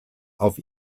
auf